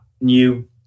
new